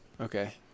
okay